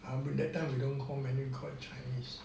that time we don't call mandarin we call it chinese